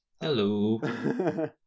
Hello